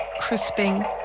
crisping